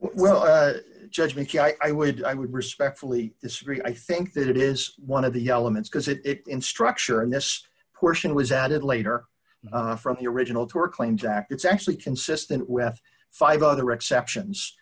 well judgment i would i would respectfully disagree i think that it is one of the elements because it is in structure and this portion was added later on from the original tort claims act it's actually consistent with five other exceptions